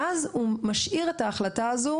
שזה לא היתום היחיד שנולד שיירש את כל מה שיש למשפחה הזאת.